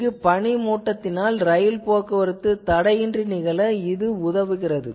இங்கு பனிமூட்டத்திலும் இரயில் போக்குவரத்து தடையின்றி நிகழ இது உதவுகிறது